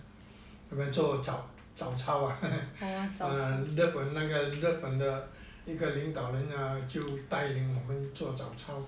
我们做早操啊哈哈日本那个日本的领导人带领我们做早操